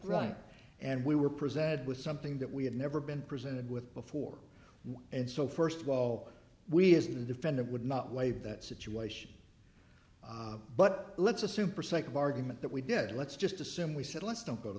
right and we were presented with something that we have never been presented with before and so first of all we has been a defendant would not waive that situation but let's assume for sake of argument that we did let's just assume we said let's don't go to